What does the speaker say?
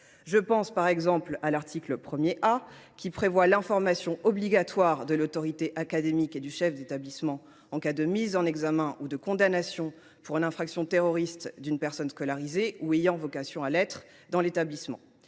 Ainsi, l’article 1 A prévoit l’information obligatoire de l’autorité académique et du chef d’établissement en cas de mise en examen ou de condamnation pour une infraction terroriste des personnes scolarisées ou ayant vocation à l’être dans l’établissement.